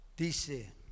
Dice